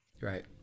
Right